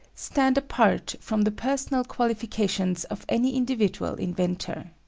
stand apart from the personal qualifications of any individual inventor.